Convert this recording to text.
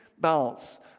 balance